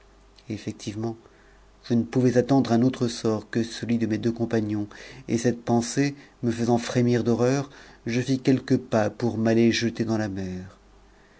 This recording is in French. effectivement je ne pouvais attendre un autre sorto celui de mes deux compagnons et cette pensée me faisant frémir h reur je fis quelques pas pour m'aller jeter dans la mer